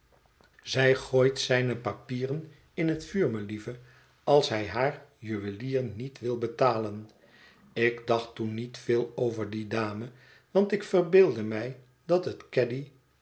zij gooit zijne papieren in het vuur melieve als hij haar juwelier niet wil betalen ik dacht toen niet veel over die dame want ik verbeeldde mij dat het